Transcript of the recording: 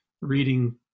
reading